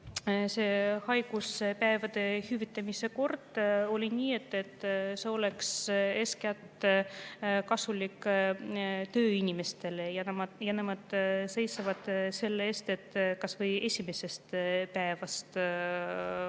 et haiguspäevade hüvitamise kord oleks eeskätt kasulik tööinimestele. Nemad seisavad selle eest, et kas või esimesest päevast